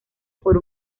por